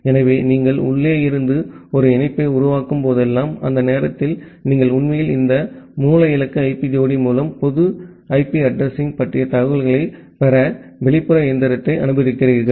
எனவே நீங்கள் உள்ளே இருந்து ஒரு இணைப்பை உருவாக்கும் போதெல்லாம் அந்த நேரத்தில் நீங்கள் உண்மையில் இந்த மூல இலக்கு ஐபி ஜோடி மூலம் பொது ஐபி அட்ரஸிங் பற்றிய தகவல்களைப் பெற வெளிப்புற இயந்திரத்தை அனுமதிக்கிறீர்கள்